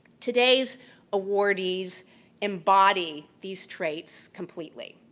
today's awardees embody these traits completely.